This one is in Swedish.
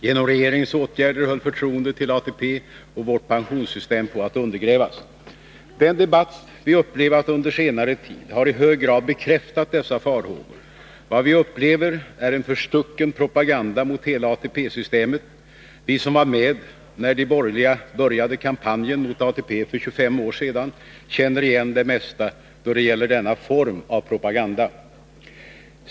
Genom regeringens åtgärder höll förtroendet till ATP och vårt pensionssystem på att undergrävas. Den debatt vi upplevt under senare tid har i hög grad bekräftat dessa farhågor. Vad vi upplever är en förstucken propagande mot hela ATP systemet. Vi som var med när de borgerliga började kampanjen mot ATP för 25 år sedan känner igen det mesta då det gäller denna form av propaganda.